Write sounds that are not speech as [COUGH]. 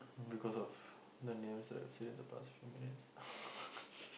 because of the what I've said in the past few minutes [LAUGHS]